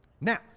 Now